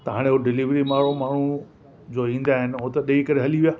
त हाणे उहो डिलीवरी मां हू माण्हू जो ईंदा आहिनि उहो त ॾेई करे हली विया